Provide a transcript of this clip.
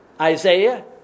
Isaiah